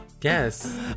Yes